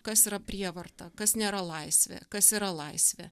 kas yra prievarta kas nėra laisvė kas yra laisvė